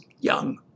young